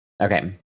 Okay